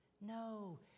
No